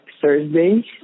Thursday